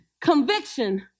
conviction